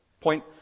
point